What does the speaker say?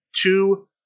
two